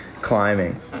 climbing